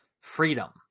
freedom